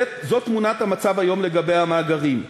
זו תמונת המצב היום לגבי המאגרים.